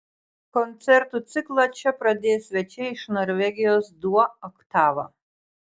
koncertų ciklą čia pradės svečiai iš norvegijos duo oktava